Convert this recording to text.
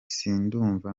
sindumva